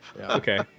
Okay